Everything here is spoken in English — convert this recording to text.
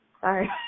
Sorry